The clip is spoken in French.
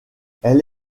elle